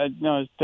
no